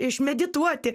iš medituoti